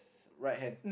right hand